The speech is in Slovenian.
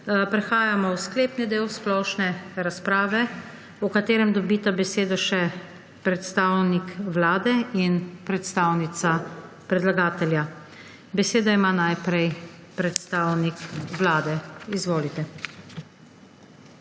Prehajamo v sklepni del splošne razprave, v katerem dobita besedo še predstavnik Vlade in predstavnica predlagatelja. Besedo ima najprej predstavnik Vlade. Izvolite.